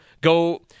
Go